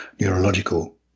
neurological